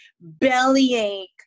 Bellyache